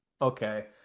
Okay